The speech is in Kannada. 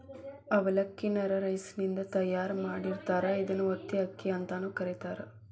ಅವಲಕ್ಕಿ ನ ರಾ ರೈಸಿನಿಂದ ತಯಾರ್ ಮಾಡಿರ್ತಾರ, ಇದನ್ನ ಒತ್ತಿದ ಅಕ್ಕಿ ಅಂತಾನೂ ಕರೇತಾರ